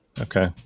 Okay